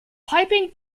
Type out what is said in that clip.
piping